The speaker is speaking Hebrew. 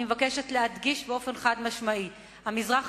אני מבקשת להדגיש באופן חד-משמעי: המזרח